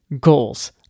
goals